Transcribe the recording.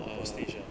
post asia